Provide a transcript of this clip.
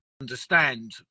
understand